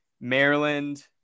Maryland